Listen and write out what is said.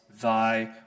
thy